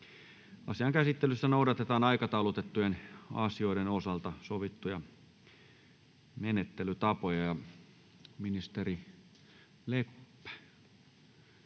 Asian käsittelyssä noudatetaan aikataulutettujen asioiden osalta sovittuja menettelytapoja.